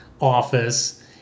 office